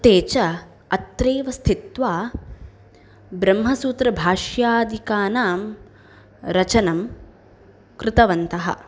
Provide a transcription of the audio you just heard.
ते च अत्रैव स्थित्वा ब्रह्मसूत्रभाष्यादिकानां रचनं कृतवन्तः